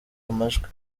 amajwi